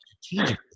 strategically